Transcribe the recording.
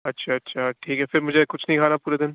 اچھا اچھا ٹھیک ہے پھر مجھے کچھ نہیں کھانا پورے دِن